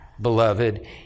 beloved